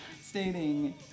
stating